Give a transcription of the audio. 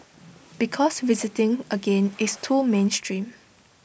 because visiting again is too mainstream